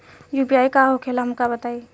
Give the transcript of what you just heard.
UPI का होखेला हमका बताई?